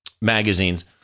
Magazines